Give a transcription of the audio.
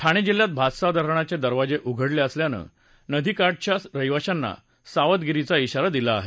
ठाणे जिल्ह्यात भातसा धरणाचे दरवाजे उघडले असल्यानं नदीकाठच्या रहिवाशांना सावधगिरीचा ध्वारा दिला आहे